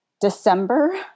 December